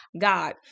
God